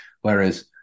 Whereas